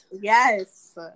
Yes